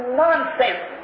nonsense